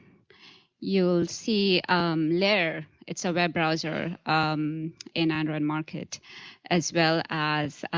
you'll see layar, it's a web browser in android market as well as